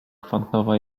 kwantowa